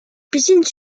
piscine